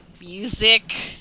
music